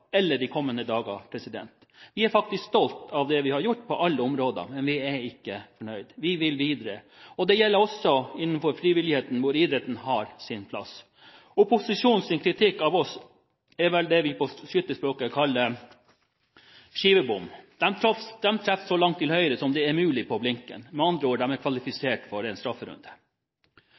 eller de kommende dager. Vi er faktisk stolt av det vi har gjort – på alle områder – men vi er ikke fornøyd. Vi vil videre. Det gjelder også innenfor frivilligheten, hvor idretten har sin plass. Opposisjonens kritikk av oss er vel det vi på skytterspråket kaller skivebom. De treffer så langt til høyre som det er mulig på blinken. Med andre ord: De er kvalifisert for en strafferunde.